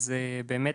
אז באמת,